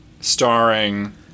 starring